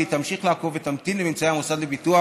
והיא תמשיך לעקוב ותמתין לממצאי המוסד לביטוח